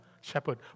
shepherd